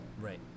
Right